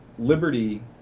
Liberty